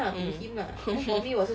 mm